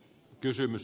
puhemies